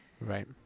Right